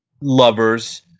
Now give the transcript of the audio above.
lovers